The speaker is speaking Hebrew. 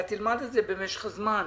ואתה תלמד את זה במשך הזמן,